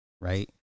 right